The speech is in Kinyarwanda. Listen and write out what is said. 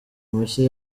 mushya